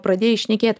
pradėjai šnekėti